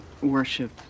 worship